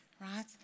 right